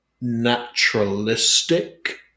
naturalistic